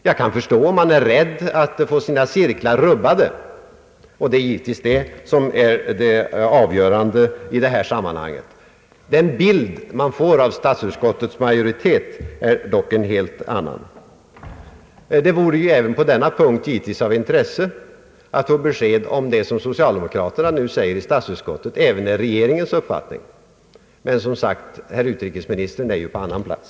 Jag kan förstå om socialdemokraterna är rädda för att få sina cirklar rubbade, och det är givetvis det som är det avgörande i detta sammanhang. Den bild man får av motiven för statsutskottsmajoritetens = ställningstagande är dock en helt annan. Givetvis vore det även på denna punkt av intresse att få ett besked om huruvida det som socialdemokraterna säger i statsutskottet också är regeringens uppfattning, men herr utrikesministern är ju som sagt på annan plats.